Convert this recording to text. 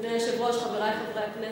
אדוני היושב-ראש, חברי חברי הכנסת,